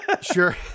Sure